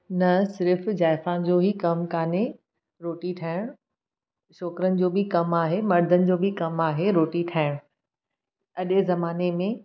न सिर्फ़ु जाइफ़ाउनि जो ई कमु कान्हे रोटी ठाहिणु छोकिरनि जो बि कमु आहे मर्दनि जो बि कमु आहे रोटी ठाहिणु अॼु जे ज़माने में